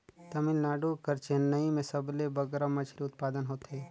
तमिलनाडु कर चेन्नई में सबले बगरा मछरी उत्पादन होथे